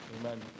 Amen